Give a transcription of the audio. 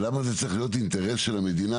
ולמה זה צריך להיות אינטרס של המדינה,